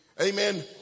amen